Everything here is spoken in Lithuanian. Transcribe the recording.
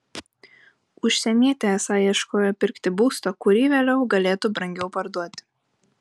užsienietė esą ieškojo pirkti būsto kurį vėliau galėtų brangiau parduoti